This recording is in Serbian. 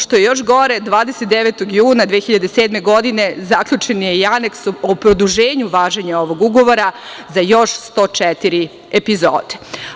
Što je još gore, 29. juna 2007. godine zaključen je i Aneks o produženju važenja ovog Ugovora za još 104 epizode.